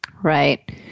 Right